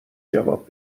جواب